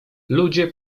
ludzie